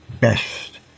best